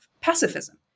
pacifism